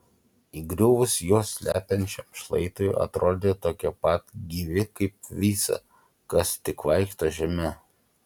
įgriuvus juos slepiančiam šlaitui atrodė tokie pat gyvi kaip visa kas tik vaikšto žeme